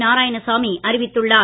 நாராயணசாமி அறிவித்துள்ளார்